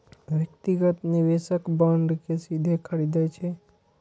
व्यक्तिगत निवेशक बांड कें सीधे खरीदै छै